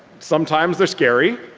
sometimes they're scary.